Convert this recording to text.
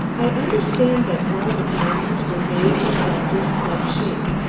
i understand that all the diamonds were made in that disk-like shape,